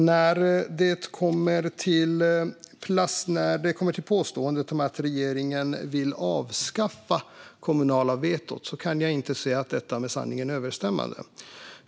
När det kommer till påståendet om att regeringen vill avskaffa det kommunala vetot kan jag inte säga att detta är med sanningen överensstämmande.